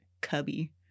cubby